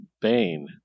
Bane